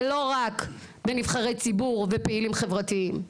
זה לא רק בנבחרי ציבור ופעילים חברתיים,